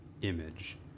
image